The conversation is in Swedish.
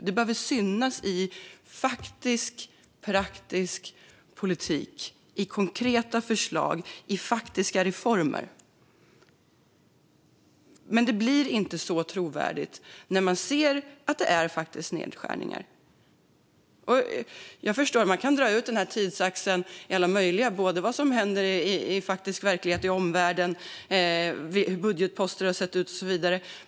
Det behöver synas i faktisk och praktisk politik i konkreta förslag och i faktiska reformer. Men det blir inte så trovärdigt när man ser att det faktiskt är fråga om nedskärningar. Jag förstår att man kan dra ut denna tidsaxeln när det gäller vad som händer i verkligheten och i omvärlden och när det gäller hur budgetposter har sett ut och så vidare.